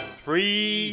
three